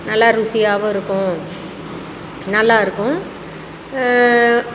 நல்லா ருசியாகவும் இருக்கும் நல்லா இருக்கும்